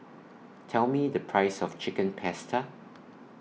Tell Me The Price of Chicken Pasta